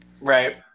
Right